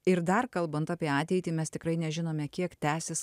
ir dar kalbant apie ateitį mes tikrai nežinome kiek tęsis